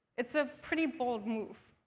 it's a pretty bold move.